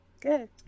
Good